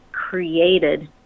Created